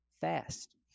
Fast